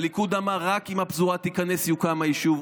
הליכוד אמר, רק אם הפזורה תיכנס, יוקם היישוב.